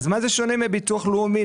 אז מה זה שונה מביטוח לאומי,